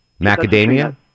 Macadamia